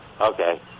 Okay